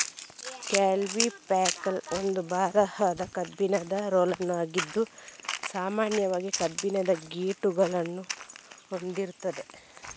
culti packer ಒಂದು ಭಾರವಾದ ಕಬ್ಬಿಣದ ರೋಲರ್ ಆಗಿದ್ದು ಸಾಮಾನ್ಯವಾಗಿ ಕಬ್ಬಿಣದ ಕ್ಲೀಟುಗಳನ್ನ ಹೊಂದಿರ್ತದೆ